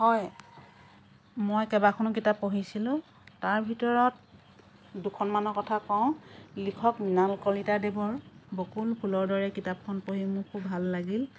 হয় মই কেইবাখনো কিতাপ পঢ়িছিলোঁ তাৰ ভিতৰত দুখনমানৰ কথা কওঁ লিখক মৃণাল কলিতাদেৱৰ বকুল ফুলৰ দৰে কিতাপখন পঢ়ি মোৰ খুব ভাল লাগিল